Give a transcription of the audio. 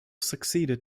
succeeded